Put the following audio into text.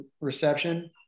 reception